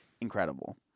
incredible